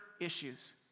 issues